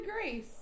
Grace